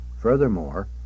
Furthermore